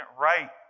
right